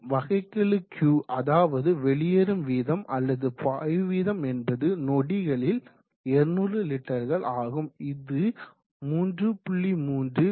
வகைக்கெழு Q அதாவது வெளியேறும் வீதம் அல்லது பாயும் வீதம் என்பது நொடிகளில் 200 லிட்டர்கள் ஆகும் இது 3